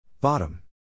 Bottom